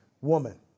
woman